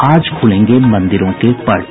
आज खूलेंगे मंदिरों के पट